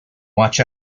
watch